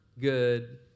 good